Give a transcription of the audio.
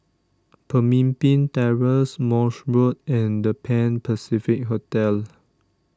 Pemimpin Terrace Morse Road and the Pan Pacific Hotel